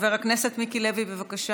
חבר הכנסת מיקי לוי, בבקשה.